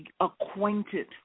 acquainted